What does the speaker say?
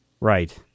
right